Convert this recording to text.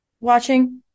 watching